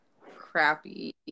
crappy